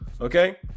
okay